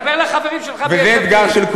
דבר אל החברים שלך ביש עתיד.